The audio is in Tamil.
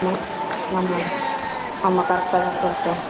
ஆமாம் ஆமாம் ஆமாம் கரெக்டாக தான் சார் இருக்கும்